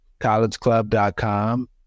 collegeclub.com